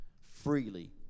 freely